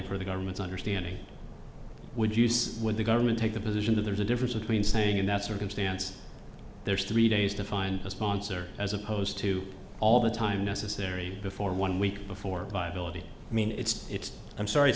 for the government's understanding would use when the government take the position that there's a difference between saying in that circumstance there's three days to find a sponsor as opposed to all the time necessary before one week before viability i mean it's it's i'm sorry it's